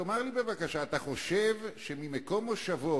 תאמר לי בבקשה: אתה חושב שממקום מושבו